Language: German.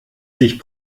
sich